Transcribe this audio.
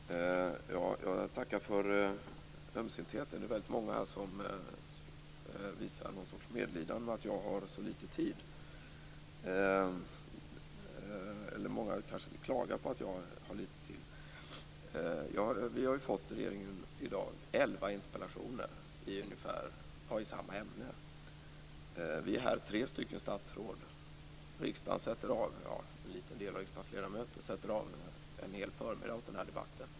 Herr talman! Jag tackar för ömsintheten. Det är väldigt många som visar någon sorts medlidande med att jag har så litet tid. Andra kanske klagar på det. Regeringen har fått elva interpellationer i samma ämne. Vi är tre statsråd här. En liten del av riksdagens ledamöter sätter av en hel förmiddag åt den här debatten.